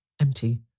empty